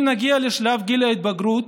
אם נגיע לשלב גיל ההתבגרות,